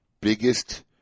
biggest